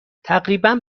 تقریبا